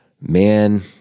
man